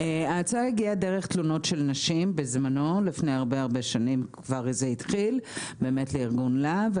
ההצעה הגיעה דרך תלונות של נשים לפני הרבה שנים לארגון לה"ב.